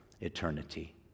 eternity